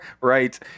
Right